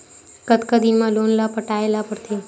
कतका दिन मा लोन ला पटाय ला पढ़ते?